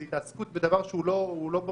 זו התעסקות בדבר שהוא לא במהות.